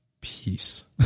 peace